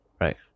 Right